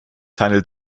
handelt